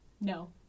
No